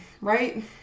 right